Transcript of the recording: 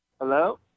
Hello